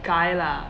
guy lah